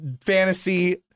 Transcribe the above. fantasy